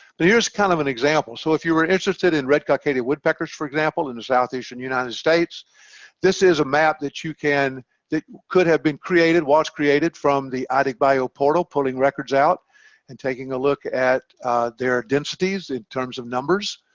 here's kind of an example so if you were interested in red cockaded woodpeckers, for example in the southeastern united states this is a map that you can that could have been created was created from the ah idigbio portal pulling records out and taking a look at their densities in terms of numbers